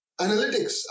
analytics